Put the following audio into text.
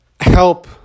help